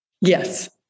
Yes